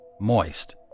Moist